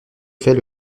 fait